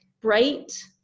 bright